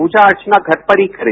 पूजा अर्चना घर पर ही करे